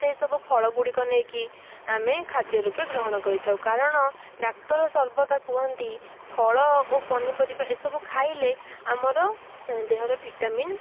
ସେସବୁ ଫଳଗୁଡ଼ିକ ନେଇକି ଆମେ ଖାଦ୍ୟରୁପେ ଗ୍ରହଣ କରିଥାଉ କାରଣ ଡ଼ାକ୍ତର ସର୍ବଦା କୁହନ୍ତି ଫଳ ଓ ପନିପରିବା ଏସବୁ ଖାଇଲେ ଆମର ଦେହର ଭିଟାମିନ୍